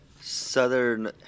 southern